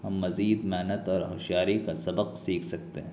ہم مزید محنت اور ہو شیاری کا سبق سیکھ سکتے ہیں